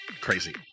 crazy